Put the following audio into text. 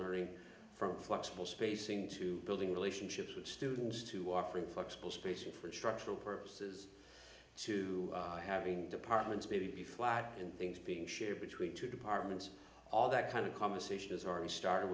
learning from flexible spacing to building relationships with students to offering flexible space infrastructural purposes to having departments be flat and things being shared between two departments all that kind of conversations are started